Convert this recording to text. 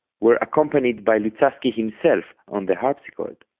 were accompanied by luzzaschi himself on the harpsichord.